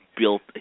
built